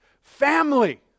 family